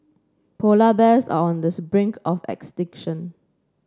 polar bears are on the brink of extinction